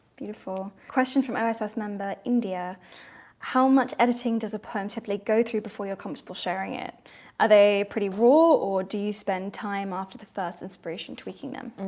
beautiful question from oss oss member, india how much editing does a poem typically go through before you're comfortable sharing it? are they pretty raw or do you spend time after the first inspiration tweaking them?